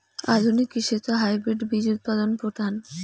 আধুনিক কৃষিত হাইব্রিড বীজ উৎপাদন প্রধান